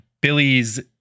Billy's